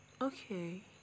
okay